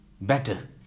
better